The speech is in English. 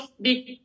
big